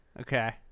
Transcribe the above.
okay